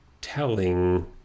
telling